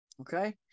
okay